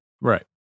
Right